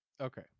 okay